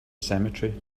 cemetery